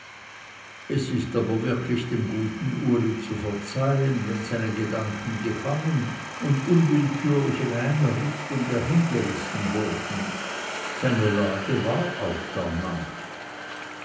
es ist aber wirklich dem guten uli zu verzeihen wenn seine gedanken gefangen und unwillkürlich in einer richtung dahingerissen wurden seine lage war auch darnach